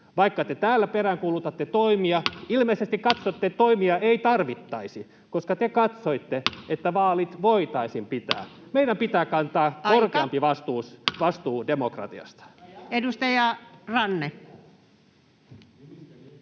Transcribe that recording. Vaikka te täällä peräänkuulutatte toimia, ilmeisesti katsotte, että toimia ei tarvittaisi, koska te katsoitte, että vaalit voitaisiin pitää. [Puhemies: Aika!] Meidän pitää kantaa korkeampi vastuu demokratiasta. [Mika